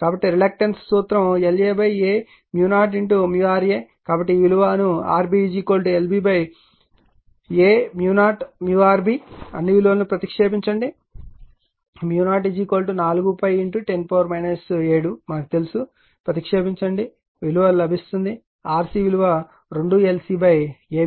కాబట్టి రిలక్టన్స్ సూత్రం lAA0rA కాబట్టి ఈ విలువను RB lBA0rB అన్ని విలువలను ప్రతిక్షేపించండి 0 410 7 అని తెలుసు అన్నీ ప్రతిక్షేపించండి ఈ విలువ లభిస్తుంది మరియు RC విలువ 2l C A